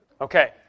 Okay